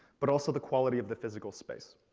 but also the quality of the physical space.